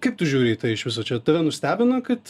kaip tu žiūri į tai iš viso čia tave nustebino kad